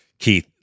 Keith